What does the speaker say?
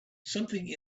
something